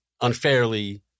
unfairly